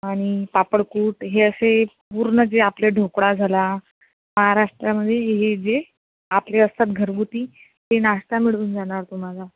आणि पापडकुट हे असे पूर्ण जे आपले ढोकळा झाला महाराष्ट्रामध्ये हे जे आपले असतात घरगुती ते नाश्ता मिळून जाणार तुम्हाला